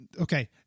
Okay